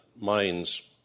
minds